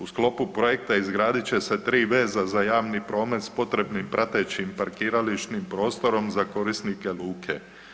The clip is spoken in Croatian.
U sklopu projekta izgradit će se 3 veza za javni promet s potrebnim pratećim parkirališnim prostorom za korisnike luke.